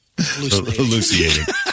hallucinating